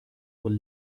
full